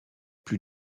plus